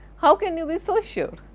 how can you be so ah sure?